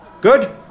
Good